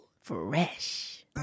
Fresh